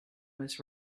was